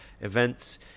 events